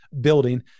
building